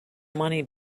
money